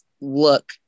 look